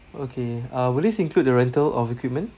okay uh will this include the rental of equipment